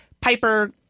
Piper